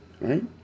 Right